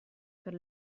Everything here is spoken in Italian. per